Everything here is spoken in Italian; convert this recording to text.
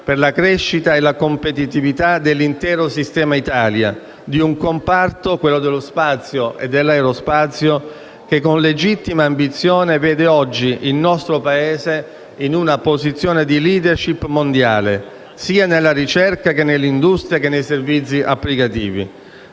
per la crescita e la competitività dell'intero sistema Italia, di un comparto, quello dello spazio e dell'aerospazio, che con legittima ambizione vede oggi il nostro Paese in una posizione di *leadership* mondiale sia nella ricerca che nell'industria che nei servizi applicativi.